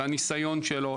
לניסיון שלו,